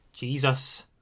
Jesus